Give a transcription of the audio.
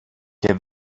και